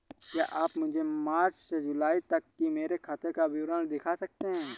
क्या आप मुझे मार्च से जूलाई तक की मेरे खाता का विवरण दिखा सकते हैं?